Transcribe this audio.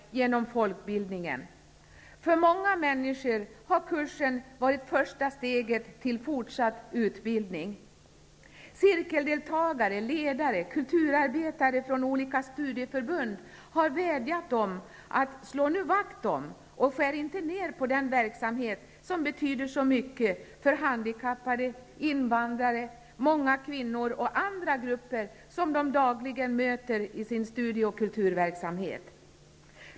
För många människor har kursen varit första steget till fortsatt utbildning. Cirkeldeltagare, ledare och kulturarbetare från olika studieförbund har vädjat om att vi skall slå vakt om, och inte skära ner på den verksamhet som betyder så mycket för handikappade, invandrare, många kvinnor och andra grupper som de dagligen möter i sin studieoch kulturverksamhet.